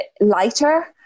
lighter